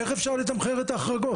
איך אפשר לתמחר את ההחרגות?